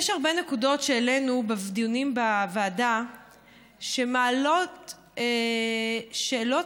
יש הרבה נקודות שהעלינו בדיונים בוועדה שמעלות שאלות